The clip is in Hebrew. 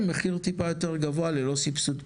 מחיר טיפה יותר גבוה ללא סבסוד פיתוח.